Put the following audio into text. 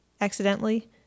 accidentally